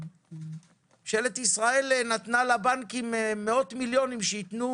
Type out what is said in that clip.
ממשלת ישראל נתנה לבנקים מאות מיליונים שיתנו